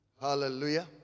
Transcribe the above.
Hallelujah